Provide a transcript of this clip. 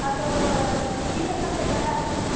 ᱟᱫᱚ ᱛᱤᱱᱟ ᱜ ᱠᱟᱛᱮᱫ ᱞᱟᱜᱟᱜ ᱜᱮᱭᱟ